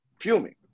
Fuming